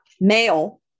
male